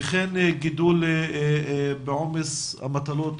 וכן גידול בעומס המטלות,